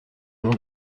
noms